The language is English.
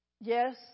Yes